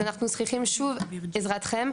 אנחנו צריכים שוב את עזרתכם.